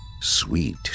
Sweet